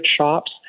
shops